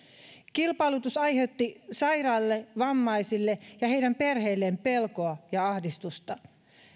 kilpailutus aiheutti sairaille vammaisille ja heidän perheilleen pelkoa ja ahdistusta